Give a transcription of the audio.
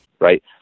right